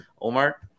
Omar